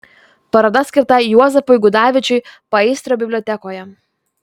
paroda skirta juozapui gudavičiui paįstrio bibliotekoje